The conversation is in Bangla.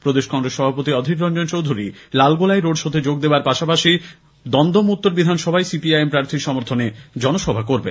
প্রদেশ কংগ্রেস সভাপতি অধীর রঞ্জন চৌধুরী লালগোলায় রোড শোতে যোগ দেবার পাশাপাশি দমদম উত্তর বিধানসভায় সিপিআই এম প্রার্থীর সমর্থনে জনসভা করবেন